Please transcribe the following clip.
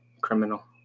Criminal